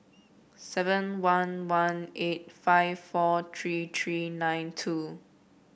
seven one one eight five four three three nine two